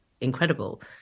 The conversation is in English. incredible